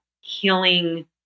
healing